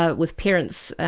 ah with parents,